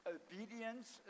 obedience